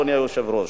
אדוני היושב-ראש.